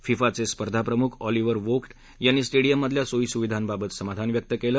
फिफाचे स्पर्धाप्रमुख Oliver Vogt यांनी स्टेडियममधल्या सोय सुविधांबाबत समाधान व्यक्त केलं